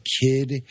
kid